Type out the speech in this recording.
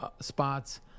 spots